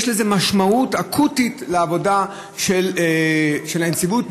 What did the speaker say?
יש לזה משמעות אקוטית לעבודה של הנציבות,